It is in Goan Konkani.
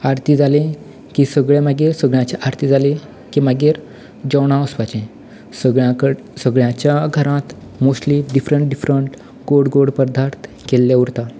आरती जाली की सगली मागीर सगल्यांची आरती जाली की मागीर जेवणा वचपाचें सगल्या कडेन सगल्याच्या घरांत मोस्ट्ली डिफरंट गोड गोड पदार्थ केल्ले उरता